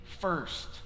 first